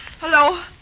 Hello